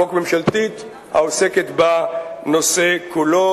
ראשונה הצעת חוק ממשלתית העוסקת בנושא כולו,